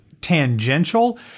tangential